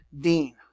Dean